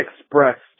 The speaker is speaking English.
expressed